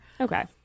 okay